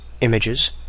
images